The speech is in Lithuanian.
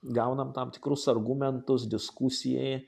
gaunam tam tikrus argumentus diskusijai